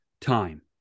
time